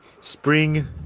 spring